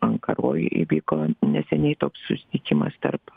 ankaroj įvyko neseniai toks susitikimas tarp